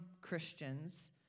Christians